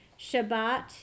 Shabbat